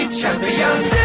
champions